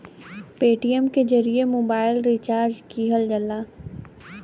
Paytm के जरिए mobile recharge किहल जाला